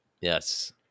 Yes